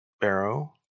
barrow